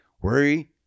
Worry